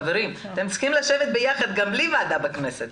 חברים, אתם צריכים לשבת ביחד גם בלי ועדה של הכנסת